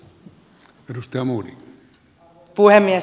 arvoisa puhemies